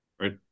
right